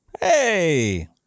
Hey